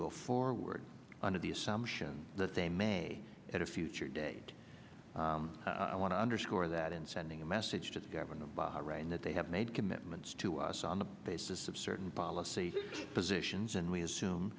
go forward under the assumption that they may at a future date i want to underscore that in sending a message to the government of bahrain that they have made commitments to us on the basis of certain policy positions and we assume